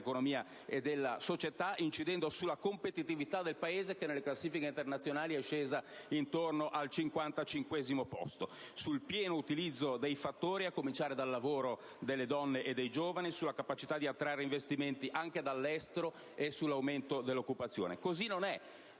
dell'economia e della società incidendo sulla competitività del Paese, che nelle classifiche internazionali è scesa intorno al 55° posto, sul pieno utilizzo dei fattori produttivi, a cominciare dal lavoro delle donne e dei giovani, sulla capacità di attrarre investimenti anche dall'estero e, quindi, sull'aumento della produzione e